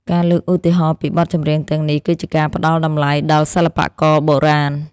ការលើកឧទាហរណ៍ពីបទចម្រៀងទាំងនេះ គឺជាការផ្តល់តម្លៃដល់សិល្បករបុរាណ។